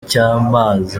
cy’amazi